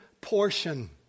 portion